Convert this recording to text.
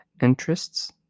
interests